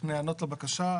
להיענות לבקשה".